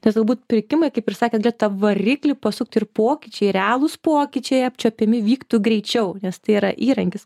nes galbūt pirkimai kaip ir sakėt galėtų tą variklį pasukti ir pokyčiai realūs pokyčiai apčiuopiami vyktų greičiau nes tai yra įrankis